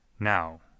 now